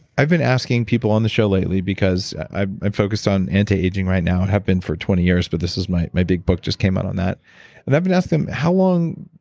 i've been asking people on the show lately because i'm focused on anti-aging right now and have been for twenty years, but this was, my my big book just came out on that. and i've been asking how long.